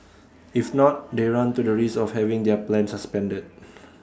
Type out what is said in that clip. if not they run the risk of having their plan suspended